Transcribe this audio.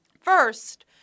First